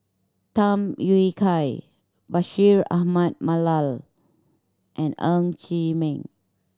Tham Yui Kai Bashir Ahmad Mallal and Ng Chee Meng